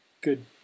good